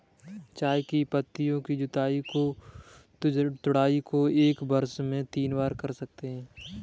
चाय की पत्तियों की तुड़ाई को एक वर्ष में तीन बार कर सकते है